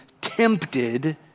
tempted